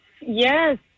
Yes